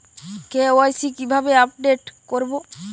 KYC কিভাবে update করব?